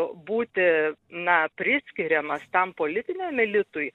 būti na priskiriamas tam politiniam elitui